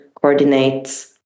coordinates